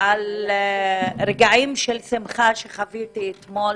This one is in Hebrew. על רגעי שמחה שחוויתי אתמול,